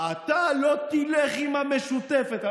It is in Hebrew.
אתה לא תלך עם המשותפת.